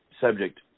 subject